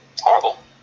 horrible